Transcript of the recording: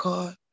God